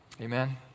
Amen